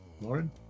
Lauren